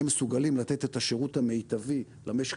מסוגלים לתת את השירות המיטבי למשק,